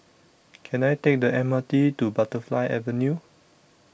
Can I Take The M R T to Butterfly Avenue